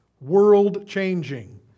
world-changing